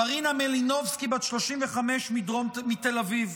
מרינה מלינובסקי, בת 35, מתל אביב,